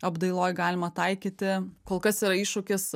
apdailoj galima taikyti kol kas yra iššūkis